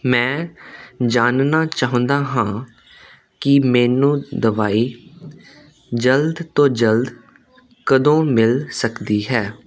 ਮੈਂ ਜਾਣਨਾ ਚਾਹੁੰਦਾ ਹਾਂ ਕਿ ਮੈਨੂੰ ਦਵਾਈ ਜਲਦ ਤੋਂ ਜਲਦ ਕਦੋਂ ਮਿਲ ਸਕਦੀ ਹੈ